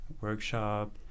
workshop